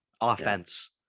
Offense